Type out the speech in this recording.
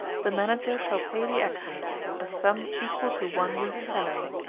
the manager shall pay the actor a sum equal to one week's salary.